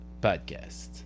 Podcast